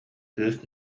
кыыс